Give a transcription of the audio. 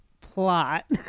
plot